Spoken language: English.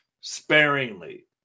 sparingly